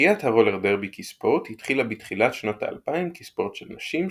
תחיית הרולר דרבי כספורט התחילה בתחילת שנות ה-2000 כספורט של נשים,